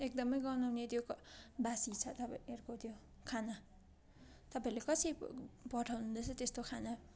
एकदम गनाउने त्यो क बासी छ तपाईँहरूको त्यो खाना तपाईँहरूले कसरी पठाउनु हुँदैछ त्यस्तो खाना